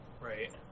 Right